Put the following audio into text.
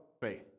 faith